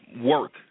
work